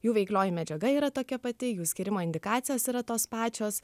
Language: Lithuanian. jų veiklioji medžiaga yra tokia pati jų skyrimo indikacijos yra tos pačios